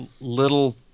Little